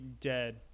dead